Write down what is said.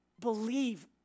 believe